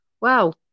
wow